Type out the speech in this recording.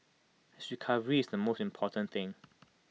his recovery is the most important thing